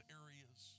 areas